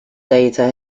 data